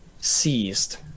Seized